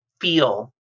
feel